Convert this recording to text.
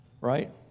right